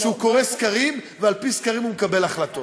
שהוא קורא סקרים ועל-פי סקרים הוא מקבל החלטות.